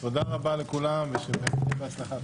תודה רבה לכולם ושיהיה בהצלחה.